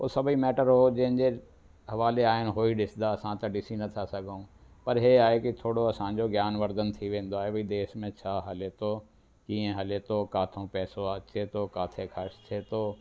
ओ सभेई मैटर ओ जंहिंजे हवाले आहिनि हो ई ॾिसंदा असां त ॾिसी नथा सघूं पर हे आहे की थोरो असांजो ज्ञानवर्धन थी वेंदो आहे भई देश में छा हले थो कीअं हले थो किथां पैसो अचे थो किथे ख़र्चु थिए थो